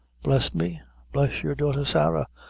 bless me bless your daughter sarah,